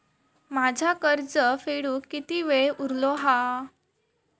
माझा कर्ज फेडुक किती वेळ उरलो हा?